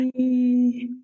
Bye